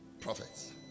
prophets